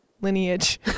lineage